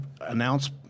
announce